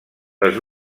les